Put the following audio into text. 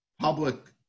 public